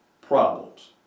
problems